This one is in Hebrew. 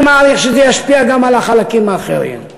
אני מעריך שזה ישפיע גם על החלקים האחרים.